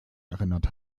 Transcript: erinnert